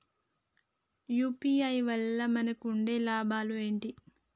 UPI వల్ల మనకు ఉండే లాభాలు ఏంటి?